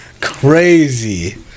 Crazy